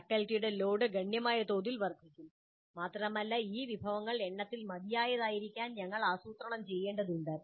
ഫാക്കൽറ്റികളുടെ load ഗണ്യമായ തോതിൽ വർധിക്കും മാത്രമല്ല ഈ വിഭവങ്ങൾ എണ്ണത്തിൽ മതിയായതായിരിക്കാൻ ഞങ്ങൾ ആസൂത്രണം ചെയ്യേണ്ടതുണ്ട്